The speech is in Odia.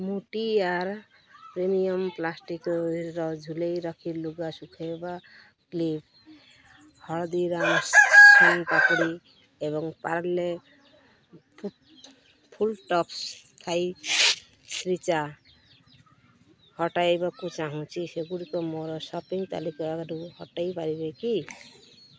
ମୁଁ ଟି ଆର୍ ପ୍ରିମିୟମ୍ ପ୍ଲାଷ୍ଟିକ୍ର ଝୁଲାଇ ରଖି ଲୁଗା ଶୁଖାଇବା କ୍ଲିପ୍ ହଳଦୀରାମ୍ସ୍ ସୋନ୍ ପାମ୍ପୁଡ଼ି ଏବଂ ପାର୍ଲେ ଫୁଲ୍ଟସ୍ ଥାଇ ସ୍ରିଚା ହଟାଇବାକୁ ଚାହୁଁଛି ସେଗୁଡ଼ିକୁ ମୋର ସପିଂ ତାଲିକାରୁ ହଟାଇ ପାରିବେ କି